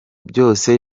byose